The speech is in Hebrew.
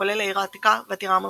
כולל העיר העתיקה והטירה המלכותית.